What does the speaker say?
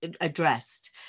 addressed